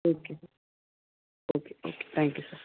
okay sir okay okay thank you sir